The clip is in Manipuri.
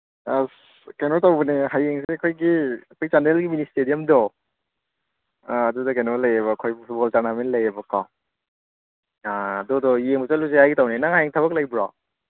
ꯑꯁ ꯀꯩꯅꯣ ꯇꯧꯕꯅꯦ ꯍꯌꯦꯡꯁꯦ ꯑꯩꯈꯣꯏꯒꯤ ꯑꯩꯈꯣꯏ ꯆꯥꯟꯗꯦꯜꯒꯤ ꯃꯤꯅꯤ ꯏꯁꯇꯦꯗꯤꯌꯝꯗꯣ ꯑꯗꯨꯗ ꯀꯩꯅꯣ ꯂꯩꯌꯦꯕ ꯑꯩꯈꯣꯏ ꯐꯨꯠꯕꯣꯜ ꯇꯨꯔꯅꯥꯃꯦꯟ ꯂꯩꯌꯦꯕ ꯀꯣ ꯑꯗꯨꯗꯣ ꯌꯦꯡꯕ ꯆꯠꯂꯨꯁꯦ ꯍꯥꯏꯒꯦ ꯇꯧꯅꯦ ꯅꯪ ꯍꯌꯦꯡ ꯊꯕꯛ ꯂꯩꯕ꯭ꯔꯣ